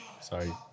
Sorry